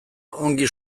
ongi